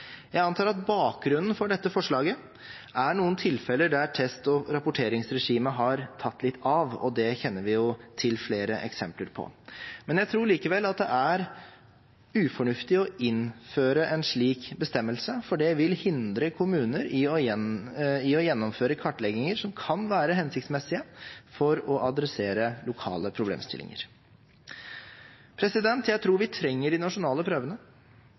Jeg antar at bakgrunnen for dette forslaget er noen tilfeller der test- og rapporteringsregimet har tatt litt av, og det kjenner vi jo til flere eksempler på. Men jeg tror likevel det er ufornuftig å innføre en slik bestemmelse, for det vil hindre kommuner i å gjennomføre kartlegginger som kan være hensiktsmessige for å adressere lokale problemstillinger. Jeg tror vi trenger de nasjonale prøvene.